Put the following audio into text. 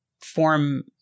form